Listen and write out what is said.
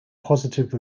positive